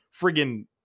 friggin